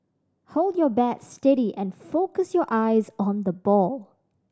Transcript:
hold your bat steady and focus your eyes on the ball